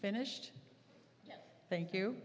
finished thank you